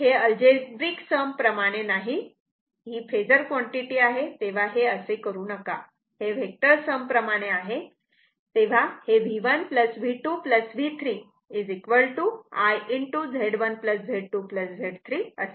तर हे algebraic sum प्रमाणे नाही ही फेजर कॉन्टिटी आहे तेव्हा हे असे करू नका हे व्हेक्टर सम प्रमाणे आहे तेव्हा हे V1 V2 V3 I Z1 Z2 Z 3 असे येते